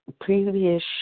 previous